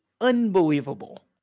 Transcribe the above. unbelievable